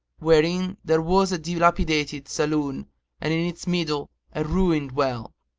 wherein there was a dilapidated saloon and in its middle a ruined well,